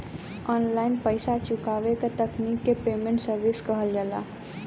online पइसा चुकावे क तकनीक के पेमेन्ट सर्विस कहल जाला